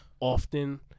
often